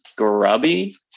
grubby